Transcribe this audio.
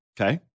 Okay